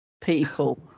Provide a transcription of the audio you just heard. people